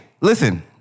listen